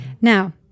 Now